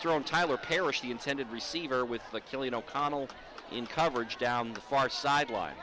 thrown tyler parrish the intended receiver with the killing o'connell in coverage down the far sideline